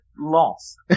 lost